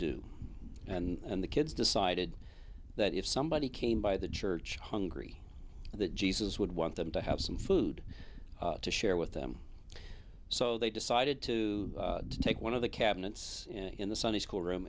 do and the kids decided that if somebody came by the church hungry that jesus would want them to have some food to share with them so they decided to take one of the cabinets in the sunday school room